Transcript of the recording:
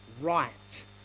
right